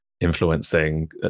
influencing